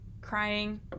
crying